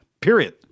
period